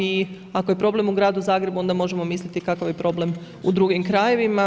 I ako je problem u gradu Zagrebu, onda možemo misliti kakav je problem u drugim krajevima.